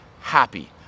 happy